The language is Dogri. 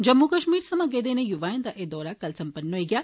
जम्मू कश्मीर सवा गेदे इने युवाए दा एह दौरा कल सम्पन्न होई गेआ